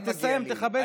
תסיים ותכבד.